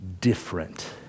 different